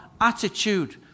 attitude